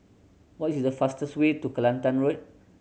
what is the fastest way to Kelantan Road